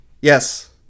Yes